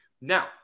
Now